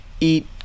eat